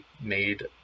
made